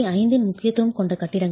5 இன் முக்கியத்துவம் கொண்ட கட்டிடங்கள்